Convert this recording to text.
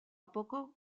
poco